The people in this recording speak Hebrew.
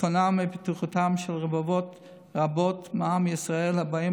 ביטחונם ובטיחותם של רבבות רבות מעם ישראל הבאים